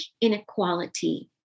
inequality